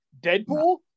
Deadpool